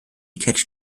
catch